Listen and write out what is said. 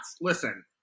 listen